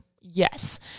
yes